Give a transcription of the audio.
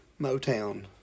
Motown